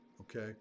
Okay